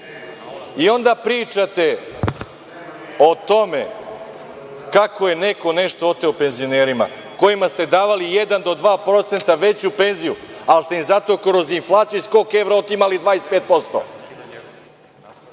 pričate o tome kako je neko nešto oteo penzionerima kojima ste davali 1 do 2% veću penziju, ali ste im zato kroz inflaciju i skok evra otimali 25%.